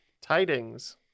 Tidings